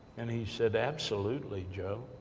and he said, absolutely, joe.